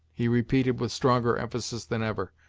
he repeated, with stronger emphasis than ever.